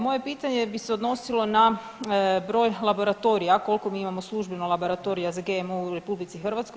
Moje pitanje bi se odnosilo na broj laboratorija, koliko mi imamo službeno laboratorija za GMO u RH.